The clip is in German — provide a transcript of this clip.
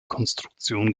konstruktion